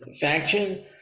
faction